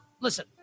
Listen